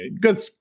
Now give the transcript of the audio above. good